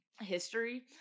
history